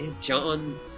John